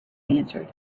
answered